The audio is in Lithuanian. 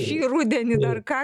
šį rudenį dar ką